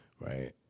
Right